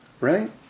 right